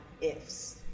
ifs